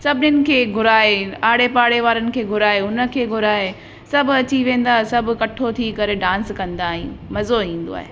सभिनीनि खे घुराए आड़े पाड़े वारनि खे घुराए हुन खे घुराए सभु अची वेंदा सभु इकठो थी करे डांस कंदा आहिनि मज़ो ईंदो आहे